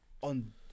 on